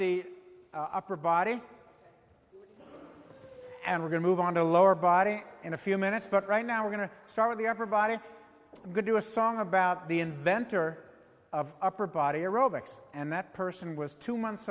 the upper body and we're going to move on to lower body in a few minutes but right now we're going to start of the upper body could do a song about the inventor of upper body aerobics and that person was two months